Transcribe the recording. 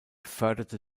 förderte